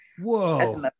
Whoa